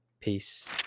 Peace